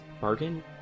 Bargain